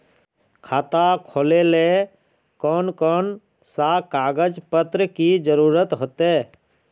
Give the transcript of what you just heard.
खाता खोलेले कौन कौन सा कागज पत्र की जरूरत होते?